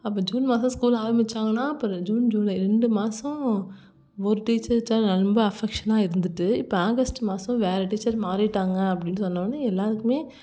அப்போ ஜூன் மாதம் ஸ்கூல் ஆமிச்சாங்கன்னா அப்புறம் ஜூன் ஜூலை ரெண்டு மாதம் ஒரு டீச்சர்கிட்ட ரொம்ப அஃபெக்ஷனாக இருந்துட்டு இப்போ ஆகஸ்ட் மாதம் வேற டீச்சர் மாறிட்டாங்க அப்படின்னு சொன்ன உடனே எல்லாருக்குமே